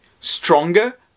stronger